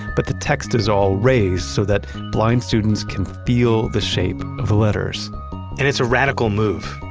but the text is all raised so that blind students can feel the shape of the letters and it's a radical move.